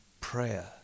prayer